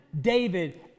David